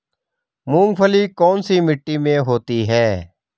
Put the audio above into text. मूंगफली कौन सी मिट्टी में होती है?